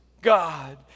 God